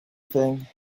thing